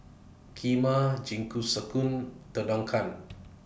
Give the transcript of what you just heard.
Kheema Jingisukan